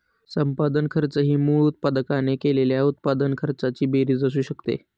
संपादन खर्च ही मूळ उत्पादकाने केलेल्या उत्पादन खर्चाची बेरीज असू शकते